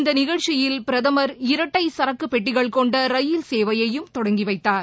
இந்த நிகழ்ச்சியில் பிரதமா் இரட்டை சரக்கு பெட்டிகள் கொண்ட ரயில் சேவையையும் தொடங்கி வைத்தார்